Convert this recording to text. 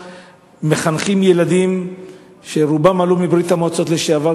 שמחנכים שם ילדים שרובם עלו מברית-המועצות לשעבר,